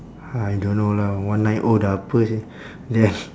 I don't know lah one nine O ada apa seh then